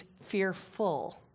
fearful